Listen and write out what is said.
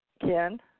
Ken